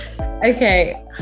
Okay